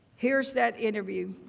here is that interview.